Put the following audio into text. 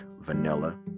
vanilla